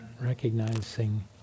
recognizing